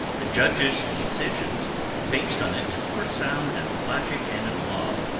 the judges' decisions based on it were sound in logic and in law.